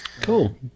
Cool